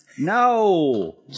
No